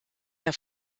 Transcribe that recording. der